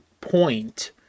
point